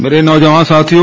मेरे नौजवान साथियों